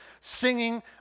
singing